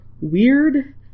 weird